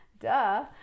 duh